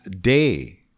day